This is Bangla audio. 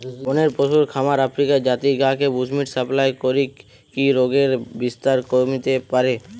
বনের পশুর খামার আফ্রিকার জাতি গা কে বুশ্মিট সাপ্লাই করিকি রোগের বিস্তার কমিতে পারে